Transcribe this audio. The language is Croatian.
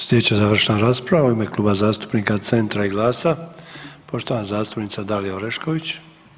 Sljedeća završna rasprava u ime Kluba zastupnika CENTAR i GLAS-a poštovana zastupnica Dalija Orešković.